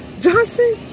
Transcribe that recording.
Johnson